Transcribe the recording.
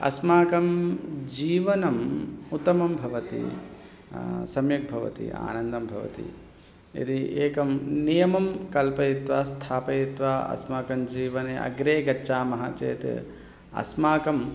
अस्माकं जीवनम् उत्तमं भवति सम्यक् भवति आनन्दं भवति यदि एकं नियमं कल्पयित्वा स्थापयित्वा अस्माकं जीवने अग्रे गच्छामः चेत् अस्माकम्